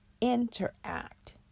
interact